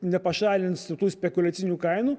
nepašalins tų spekuliacinių kainų